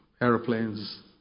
airplanes